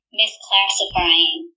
misclassifying